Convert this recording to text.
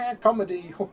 comedy